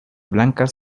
blancas